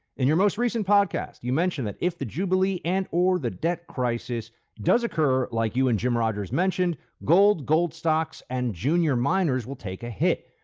in your most recent podcast, you mentioned that if the jubilee and or the debt crisis does occur like you and jim rogers mentioned, gold, gold stocks, and junior minors will take a hit.